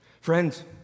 Friends